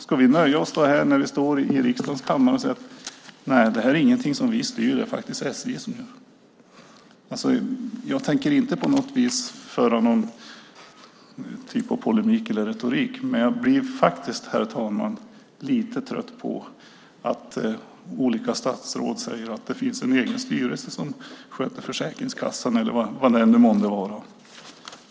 Ska vi nöja oss när vi står i riksdagens kammare och säga: "Nej, det här är ingenting som vi styr; det är SJ som gör det"? Jag tänker inte på något vis föra någon typ av polemik eller retorik, men jag blir, herr talman, lite trött på att olika statsråd säger att det finns en egen styrelse som sköter Försäkringskassan eller vad det nu månde vara.